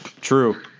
true